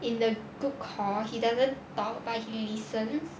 in the group call he doesn't talk but he listens